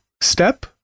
step